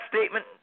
statement